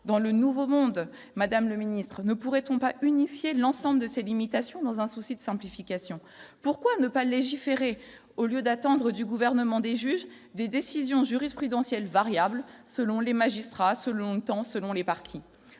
dans le nouveau monde, madame le ministre, ne pourrait-on pas unifier l'ensemble de ces limitations dans un souci de simplification, pourquoi ne pas légiférer au lieu d'attendre du gouvernement des juges, des décisions jurisprudentielles variable selon les magistrats, selon le temps, selon les partis